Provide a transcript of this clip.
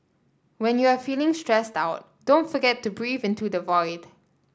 when you are feeling stressed out don't forget to breathe into the void